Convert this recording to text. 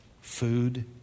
Food